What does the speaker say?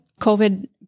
covid